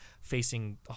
facing